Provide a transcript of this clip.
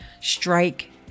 strike